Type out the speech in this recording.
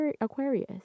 Aquarius